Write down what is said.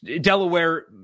Delaware